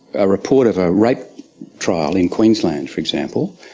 a report of a rape trial in queensland, for example,